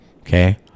Okay